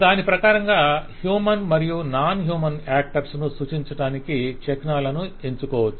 దాని ప్రకారంగా హ్యూమన్ మరియు నాన్ హ్యూమన్ యాక్టర్స్ ను సూచించటానికి చిహ్నాలను ఎంచుకోవచ్చు